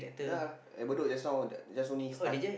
ya at Bedok just now that they only just start